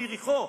ליריחו,